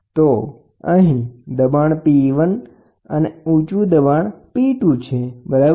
તો અહીં દબાણ P2 અને ઊંચું દબાણ P1 છે બરાબર